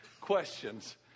questions